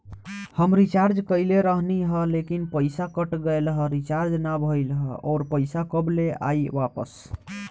हम रीचार्ज कईले रहनी ह लेकिन पईसा कट गएल ह रीचार्ज ना भइल ह और पईसा कब ले आईवापस?